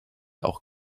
auch